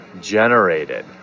generated